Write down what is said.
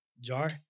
Jar